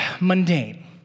mundane